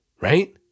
Right